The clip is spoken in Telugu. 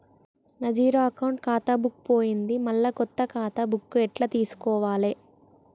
నా జీరో అకౌంట్ ఖాతా బుక్కు పోయింది మళ్ళా కొత్త ఖాతా బుక్కు ఎట్ల తీసుకోవాలే?